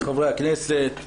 חברי הכנסת,